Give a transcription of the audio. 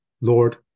Lord